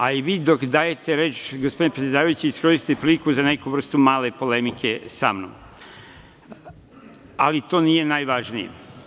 A i vi, dok dajete reč gospodine predsedavajući, iskoristite priliku za neku vrstu male polemike sa mnom, ali to nije najvažnije.